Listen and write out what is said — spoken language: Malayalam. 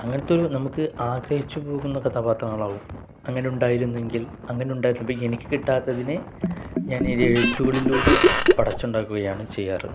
അങ്ങനത്തൊരു നമുക്ക് ആഗ്രഹിച്ചു പോകുന്ന കഥപാത്രങ്ങളാവും അങ്ങനെ ഉണ്ടായിരുന്നെങ്കിൽ അങ്ങന ഉണ്ടായി എനിക്ക് കിട്ടാത്തതിനെ ഞാൻ എഴുത്തുകളിലൂടെ പടച്ചുണ്ടാക്കുകയാണ് ചെയ്യാറുള്ളത്